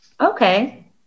Okay